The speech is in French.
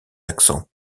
accents